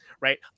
right